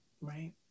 Right